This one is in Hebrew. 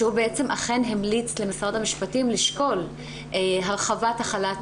שהוא בעצם אכן המליץ למשרד המשפטים לשקול הרחבת החלת